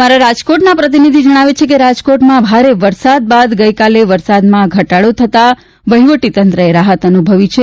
અમારા રાજકોટના પ્રતિનિધિ જણાવે છે કે રાજકોટમાં ભારે વરસાદ બાદ ગઈકાલે વરસાદમાં ઘટાડો થતાં વહીવટી તંત્રએ રાહત અનુભવી છે